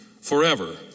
forever